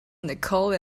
nicole